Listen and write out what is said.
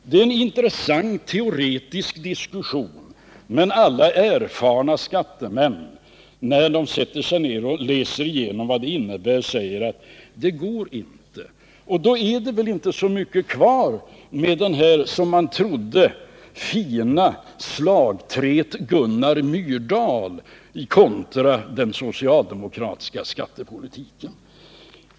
Det är en intressant teoretisk diskussion, men när erfarna skattemän sätter sig ned och läser igenom vad den innebär säger de att det går inte att genomföra den. Då är det väl inte så mycket kvar av Gunnar Myrdals, som man trodde, fina slagträ mot den socialdemokratiska skattepolitiken.